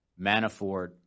Manafort